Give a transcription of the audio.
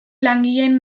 langileen